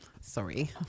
Sorry